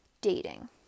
dating